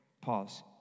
pause